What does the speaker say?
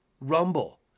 Rumble